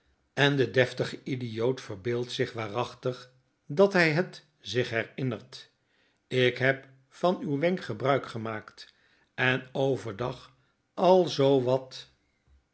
antwoordt sapsea endedeftige idioot verbeeldt zich waarachtig dat hij het zich herinnert ik heb van uw wenk gebruik gemaakt en overdag al zoo wat